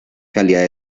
calidad